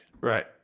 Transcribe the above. Right